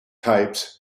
types